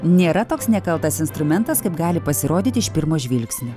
nėra toks nekaltas instrumentas kaip gali pasirodyti iš pirmo žvilgsnio